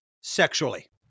sexually